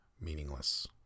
meaningless